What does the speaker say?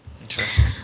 Interesting